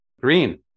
green